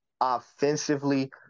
offensively